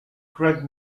greg